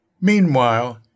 Meanwhile